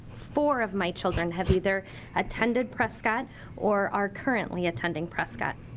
four of my children have either attended prescott or are currently attending prescott.